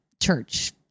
church